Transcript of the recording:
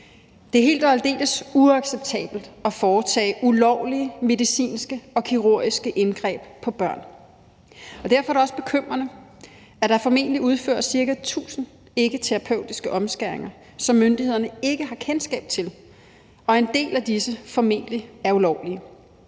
Det er helt og aldeles uacceptabelt at foretage ulovlige medicinske og kirurgiske indgreb på børn, og derfor er det også bekymrende, at der formentlig udføres ca. 1.000 ikke terapeutiske omskæringer, som myndighederne ikke har kendskab til, og at en del af disse formentlig er ulovlige.